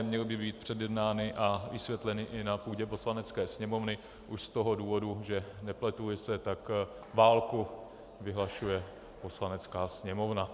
Měly by být předjednány a vysvětleny i na půdě Poslanecké sněmovny už z toho důvodu, že, nepletuli se, tak válku vyhlašuje Poslanecká sněmovna.